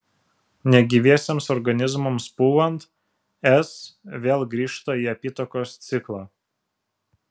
negyviesiems organizmams pūvant s vėl grįžta į apytakos ciklą